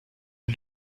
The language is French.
est